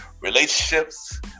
relationships